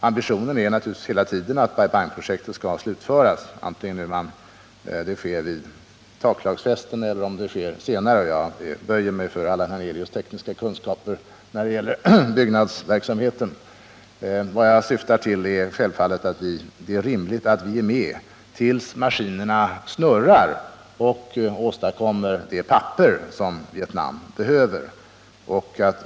Ambitionen är naturligtvis hela tiden att Bai Bang-projektet skall slutföras — vare sig det sker vid taklagsfesten eller senare; jag böjer mig för Allan Hernelius tekniska kunskaper när det gäller byggnadsverksamheten. Men jag menar att det är rimligt att vi är med tills maskinerna snurrar och åstadkommer det papper som Vietnam behöver.